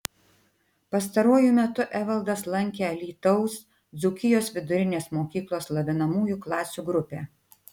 pastaruoju metu evaldas lankė alytaus dzūkijos vidurinės mokyklos lavinamųjų klasių grupę